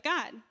God